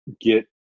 get